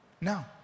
No